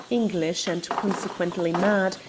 english, and consequently mad,